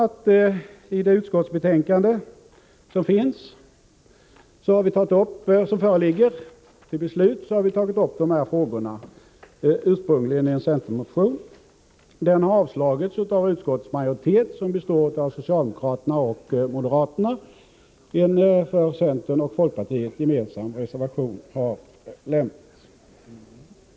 I det utskottsbetänkande som nu föreligger till beslut har vi tagit upp dessa frågor, ursprungligen i en centermotion. Motionen har avstyrkts av en utskottsmajoritet som består av socialdemokraterna och moderaterna. En för centern och folkpartiet gemensam reservation har lämnats.